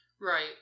Right